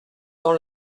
dans